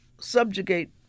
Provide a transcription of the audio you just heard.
subjugate